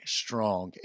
strong